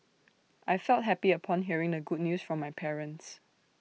I felt happy upon hearing the good news from my parents